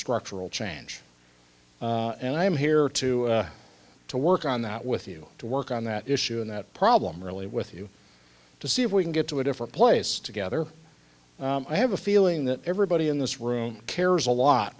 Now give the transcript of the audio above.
structural change and i'm here to to work on that with you to work on that issue and that problem really with you to see if we can get to a different place together i have a feeling that everybody in this room cares a lot